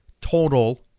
total